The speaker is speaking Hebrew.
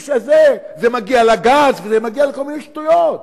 זה מגיע לגז וזה מגיע לכל מיני שטויות.